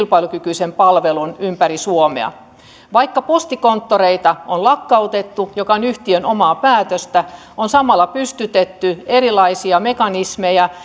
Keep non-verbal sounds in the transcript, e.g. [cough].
kilpailukykyisen palvelun ympäri suomea vaikka postikonttoreita on lakkautettu mikä on yhtiön omaa päätöstä on samalla pystytetty erilaisia mekanismeja [unintelligible]